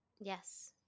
Yes